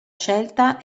scelta